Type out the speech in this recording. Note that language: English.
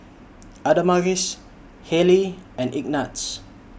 Adamaris Hayleigh and Ignatz